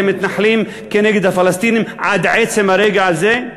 מתנחלים כנגד הפלסטינים עד עצם הרגע הזה,